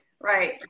Right